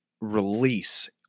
release